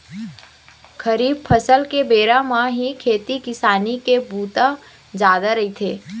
खरीफ फसल बेरा म ही खेती किसानी के बूता जादा रहिथे